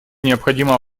необходимо